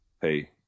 Hey